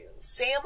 Sam